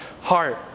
heart